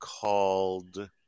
called